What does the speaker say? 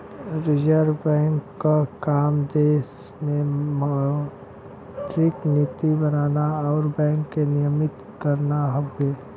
reserve bank क काम देश में मौद्रिक नीति बनाना आउर बैंक के नियमित करना हउवे